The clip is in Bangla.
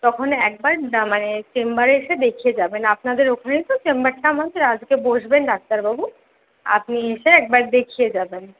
তখন একবার ডা মানে চেম্বারে এসে দেখিয়ে যাবেন আপনাদের ওখানেই তো চেম্বারটা আমাদের আজকে বসবেন ডাক্তারবাবু আপনি এসে একবার দেখিয়ে যাবেন